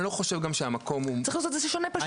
אני לא חושב גם שהמקום הוא- -- צריך לעשות את זה שונה פשוט,